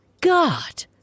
God